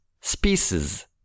species